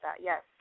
yes